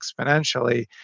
exponentially